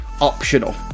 optional